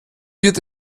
wird